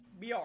Br